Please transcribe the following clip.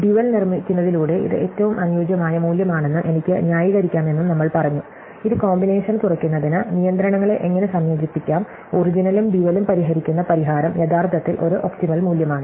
dual നിർമ്മിക്കുന്നതിലൂടെ ഇത് ഏറ്റവും അനുയോജ്യമായ മൂല്യമാണെന്ന് നമുക്ക് ന്യായീകരിക്കാമെന്നും നമ്മൾ പറഞ്ഞു ഇത് കോമ്പിനേഷൻ കുറയ്ക്കുന്നതിന് നിയന്ത്രണങ്ങളെ എങ്ങനെ സംയോജിപ്പിക്കാം ഒറിജിനലും ഡ്യുവലും പരിഹരിക്കുന്ന പരിഹാരം യഥാർത്ഥത്തിൽ ഒരു ഒപ്റ്റിമൽ മൂല്യമാണ്